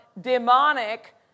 demonic